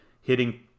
hitting